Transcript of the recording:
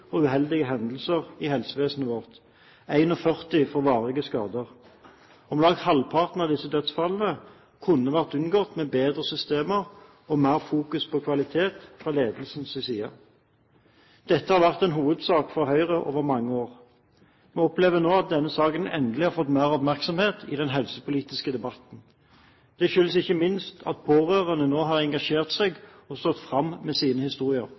og uheldige hendelser i helsevesenet vårt. 41 får varige skader. Om lag halvparten av disse dødsfallene kunne vært unngått med bedre systemer og mer fokus på kvalitet fra ledelsens side. Dette har vært en hovedsak for Høyre over mange år. Vi opplever nå at denne saken endelig har fått mer oppmerksomhet i den helsepolitiske debatten. Det skyldes ikke minst at pårørende nå har engasjert seg og stått fram med sine historier.